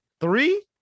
Three